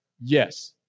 Yes